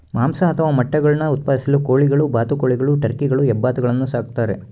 ಮಾಂಸ ಅಥವಾ ಮೊಟ್ಟೆಗುಳ್ನ ಉತ್ಪಾದಿಸಲು ಕೋಳಿಗಳು ಬಾತುಕೋಳಿಗಳು ಟರ್ಕಿಗಳು ಹೆಬ್ಬಾತುಗಳನ್ನು ಸಾಕ್ತಾರ